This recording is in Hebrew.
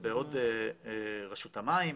רשות המים,